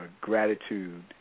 gratitude